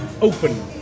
open